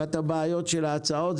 אחת הבעיות של ההצעות,